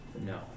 No